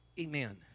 Amen